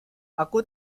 aku